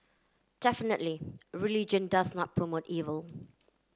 definitely religion does not promote evil